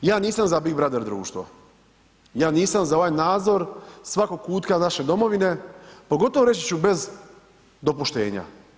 Ja nisam za big brother društvo, ja nisam za ovaj nadzor svakog kutka naše Domovine, pogotovo reći ću bez dopuštenja.